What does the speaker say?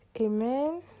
Amen